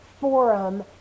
forum